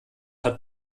hat